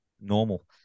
normal